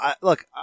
look